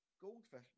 Goldfish